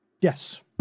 Yes